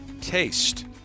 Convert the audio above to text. taste